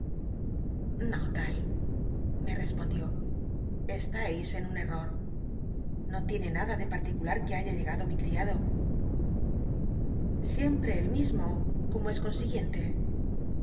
no tal me respondió cstais en un cl'l'or no tiene nada de particular que haya llegado mi c riado siempre él mismo como es consiguiente